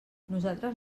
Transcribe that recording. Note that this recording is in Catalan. nosaltres